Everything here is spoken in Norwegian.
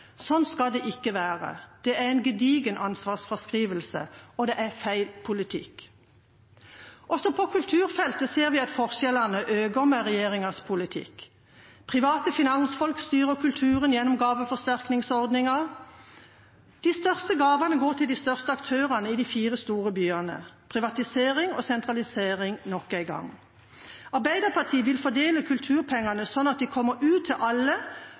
Sånn skal det ikke være. Det er en gedigen ansvarsfraskrivelse, og det er feil politikk. Også på kulturfeltet ser vi at forskjellene øker med regjeringas politikk. Private finansfolk styrer kulturen gjennom gaveforsterkningsordningen. De største gavene går til de største aktørene i de fire store byene – privatisering og sentralisering nok en gang. Arbeiderpartiet vil fordele kulturpengene slik at de kommer ut til alle